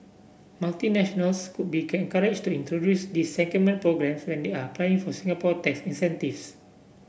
multinationals could be can courage to introduce these secondment programme when they are applying for Singapore tax incentives